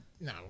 no